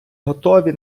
готові